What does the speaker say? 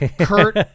Kurt